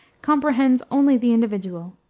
comprehends only the individual.